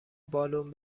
بالن